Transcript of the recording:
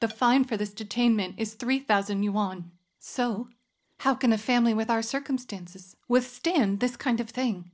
the fine for this detainment is three thousand you won so how can a family with our circumstances withstand this kind of thing